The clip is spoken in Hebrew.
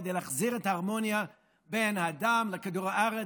כדי להחזיר את ההרמוניה בין האדם לכדור הארץ,